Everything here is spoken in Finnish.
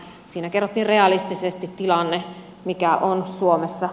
siinä kerrottiin realistisesti tilanne mikä on suomessa